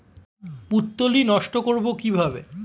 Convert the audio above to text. পুত্তলি নষ্ট করব কিভাবে?